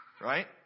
Right